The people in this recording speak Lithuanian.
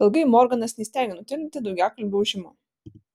ilgai morganas neįstengė nutildyti daugiakalbio ūžimo